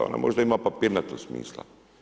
Onda možda ima papirnatog smisla.